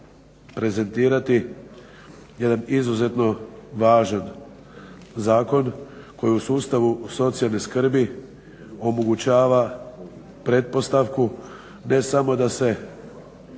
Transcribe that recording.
prezentirati jedan izuzetno važna zakon koji u sustavu socijalne skrbi omogućava pretpostavku ne samo da se